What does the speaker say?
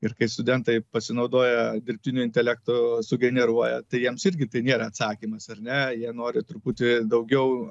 ir kai studentai pasinaudoja dirbtinio intelektu sugeneruoja tai jiems irgi tai nėra atsakymas ar ne jie nori truputį daugiau